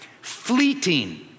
fleeting